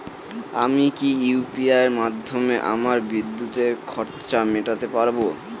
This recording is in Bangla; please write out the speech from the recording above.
আমি কি ইউ.পি.আই মাধ্যমে আমার বিদ্যুতের খরচা মেটাতে পারব?